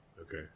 Okay